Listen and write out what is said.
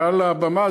מעל הבמה.